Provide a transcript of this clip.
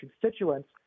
constituents